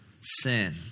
sin